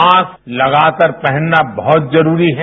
mask लगाकर पहनना बहुत जरूरी है